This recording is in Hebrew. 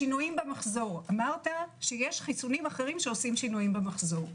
שינויים במחזור אמרת שיש חיסונים אחרים שעושים שינויים במחזור.